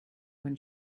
when